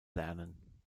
lernen